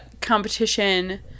competition